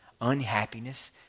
unhappiness